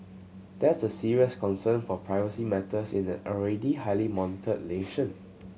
that's a serious concern for privacy matters in an already highly monitored nation